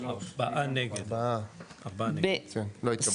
4 נמנעים, 0 ההסתייגות לא התקבלה.